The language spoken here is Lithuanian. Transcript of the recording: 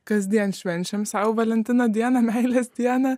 kasdien švenčiam sau valentino dieną meilės dieną